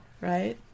Right